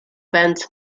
benz